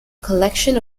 collection